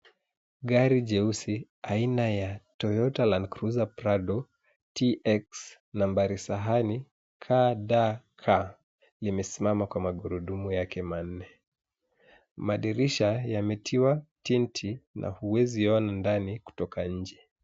Gari jeusi aina ya TOYOTA LAND CRUISER PRADO TX nambari sahani KDK limesimama kwa magurudumu yake manne. Madirisha yametiwa tinti na huwezi ona ndani kutoka nje.